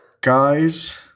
guys